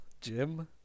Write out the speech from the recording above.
Jim